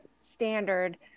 standard